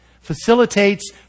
facilitates